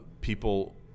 people